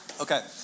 Okay